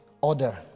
order